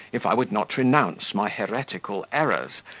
if i would not renounce my heretical errors,